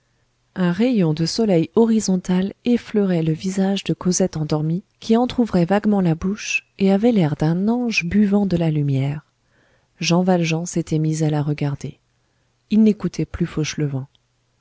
un rayon de soleil horizontal effleurait le visage de cosette endormie qui entrouvrait vaguement la bouche et avait l'air d'un ange buvant de la lumière jean valjean s'était mis à la regarder il n'écoutait plus